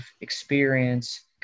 experience